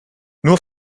nur